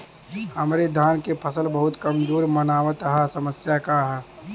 हमरे धान क फसल बहुत कमजोर मनावत ह समस्या का ह?